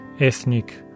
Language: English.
ethnic